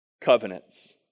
covenants